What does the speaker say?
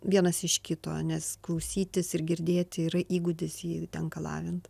vienas iš kito nes klausytis ir girdėti yra įgūdis jį tenka lavint